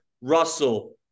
Russell